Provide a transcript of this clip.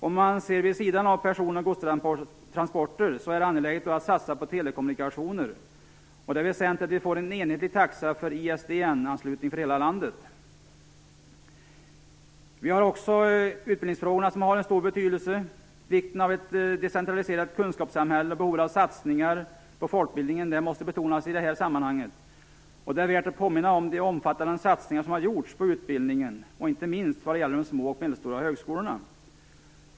Om man ser vid sidan av person och godstransporter är det angeläget att satsa på telekommunikationer. Där är det väsentligt att vi får en enhetlig taxa för Utbildningsfrågorna har också en mycket stor betydelse. Vikten av ett decentraliserat kunskapssamhälle och behovet av satsningar på folkbildningen måste betonas i detta sammanhang. Det är här värt att påminna om de omfattande satsningar som har gjorts på utbildning, inte minst på de små och medelstora högskolorna.